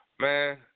Man